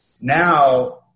Now